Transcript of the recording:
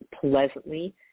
pleasantly